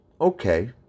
Okay